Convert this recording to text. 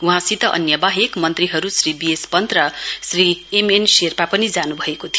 वहाँसित अन्य वाहेक मन्त्रीहरू श्री वी एस पन्त र श्री एम एन शेर्पा पनि जान् भएको थियो